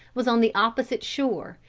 was on the opposite shore,